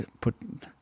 put